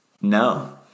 no